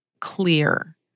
clear